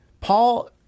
Paul